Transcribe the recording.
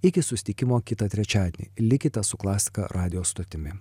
iki susitikimo kitą trečiadienį likite su klasika radijo stotimi